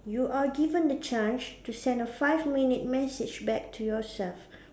you are given the chance to send a five minute message back to yourself